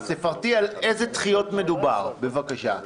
אז תפרטי על איזה דחיות מדובר בבקשה.